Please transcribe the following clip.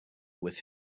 with